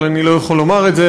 אבל אני לא יכול לומר את זה,